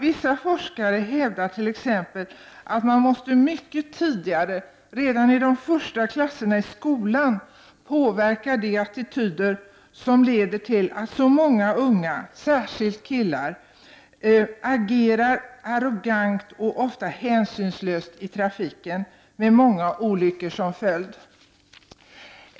Vissa forskare hävdar t.ex. att man måste mycket tidigt, redan ide första klasserna i skolan, påverka de attityder som leder till att så många ungdomar, särskilt killar, agerar arrogant och ofta hänsynslöst i trafiken med många olyckor som följd.